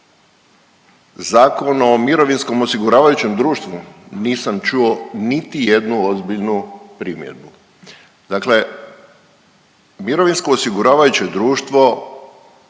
Zakon o mirovinskom osiguravajućem društvu nisam čuo niti jednu ozbiljnu primjedbu. Dakle, mirovinsko osiguravajuće društvo